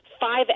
five